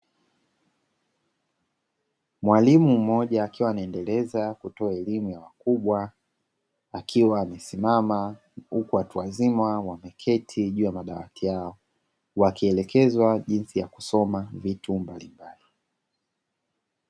Mwalimu mmoja akiwa anaendeleza kutoa elimu ya wakubwa, akiwa amesimama huku watu wazima wameketi juu ya madawati wakielekezwa jinsi ya kusoma mitumba mbalimbali.